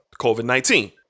COVID-19